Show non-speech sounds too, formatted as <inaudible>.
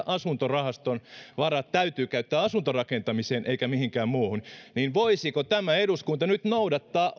<unintelligible> asuntorahaston varat täytyy käyttää asuntorakentamiseen eikä mihinkään muuhun niin voisiko tämä eduskunta nyt noudattaa